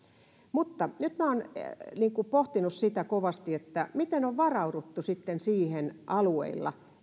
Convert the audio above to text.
mutta nyt minä olen pohtinut kovasti sitä miten on varauduttu alueilla